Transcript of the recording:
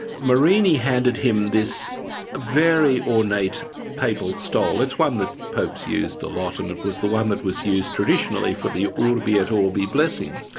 marini handed him this very ornate papal stole, it's one that popes used a lot and it was the one that was used traditionally for the urbi et orbi blessing.